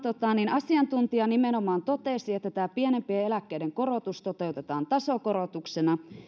asiantuntija nimenomaan totesi että tämä pienimpien eläkkeiden korotus toteutetaan tasokorotuksena